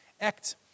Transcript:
Act